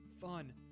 fun